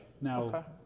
Now